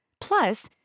Plus